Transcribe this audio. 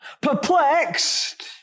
Perplexed